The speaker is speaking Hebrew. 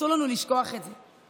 אסור לנו לשכוח את זה.